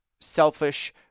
selfish